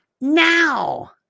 Now